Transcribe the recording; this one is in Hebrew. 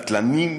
בטלנים,